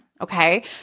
okay